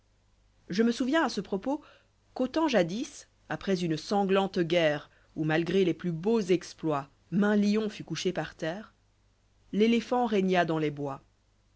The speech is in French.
je me souviens à ce propos iqu'au temps jadis après une sanglante guerre où malgré les plus beaux exploits maint lion fut couché par terre l'éléphant régna dans les bois